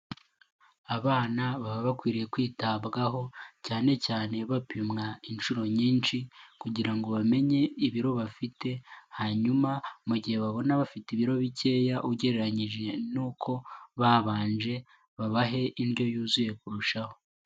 Abana baba bakwiriye kwitabwaho, cyane cyane bapimwa inshuro nyinshi, kugira ngo bamenye ibiro bafite, hanyuma mu gihe babona bafite ibiro bikeya ugereranyije n'uko babanje, babahe indyo yuzuye kurushaho.